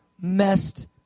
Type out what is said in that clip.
messed